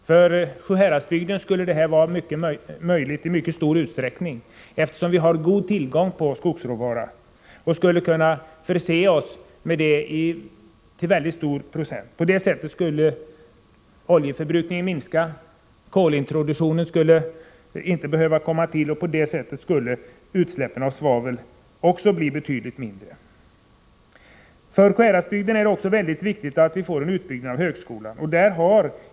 För Sjuhäradsbygden skulle det vara möjligt i mycket stor utsträckning, eftersom vi har god tillgång till skogsråvara och skulle kunna förse oss med detta bränsle till stor procent. Därigenom skulle oljeförbrukningen minska, kolintroduktionen kunna stoppas och utsläppen av svavel bli betydligt mindre. För Sjuhäradsbygden är det också mycket viktigt med en utbyggnad av högskolan.